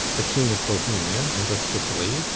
the king of bohemia, and of sicily,